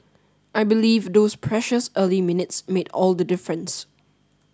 I believe those precious early minutes made all the difference